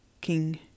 King